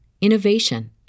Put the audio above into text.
innovation